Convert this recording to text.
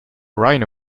rhino